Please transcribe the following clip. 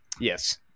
Yes